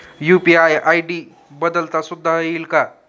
UPI ID बदलता सुद्धा येईल का?